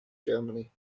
germany